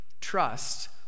trust